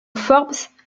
forbes